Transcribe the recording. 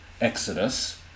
exodus